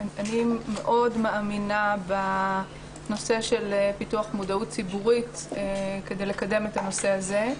אני מאוד מאמינה בנושא של פיתוח מודעות ציבורית כדי לקדם את הנושא הזה.